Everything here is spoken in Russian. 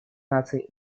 наций